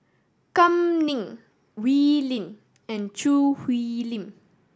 Kam Ning Wee Lin and Choo Hwee Lim